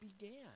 began